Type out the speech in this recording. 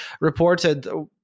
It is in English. reported